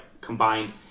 combined